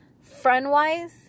friend-wise